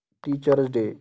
teachers day